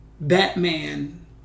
Batman